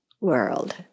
world